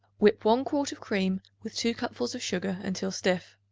whip one quart of cream with two cupfuls of sugar until stiff.